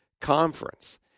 Conference